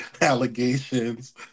allegations